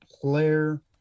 player